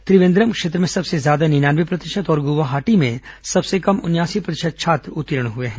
त्रिवेंद्रम क्षेत्र में सबसे ज्यादा निन्यानवे प्रतिशत और गुर्वाहाटी में सबसे कम उनयासी प्रतिशत छात्र उत्तीर्ण हुए हैं